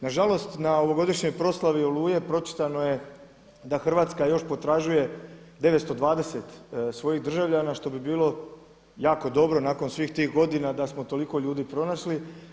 Nažalost na ovogodišnjoj proslavi Oluje pročitano je da Hrvatska još potražuje 920 svojih državljana što bi bilo jako dobro nakon svih tih godina da smo toliko ljudi pronašli.